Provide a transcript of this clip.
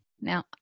Now